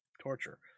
torture